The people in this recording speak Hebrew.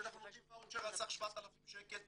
שאנחנו נותנים ואוצ'ר על סך 7,000 שקל,